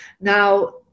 Now